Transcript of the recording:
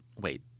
wait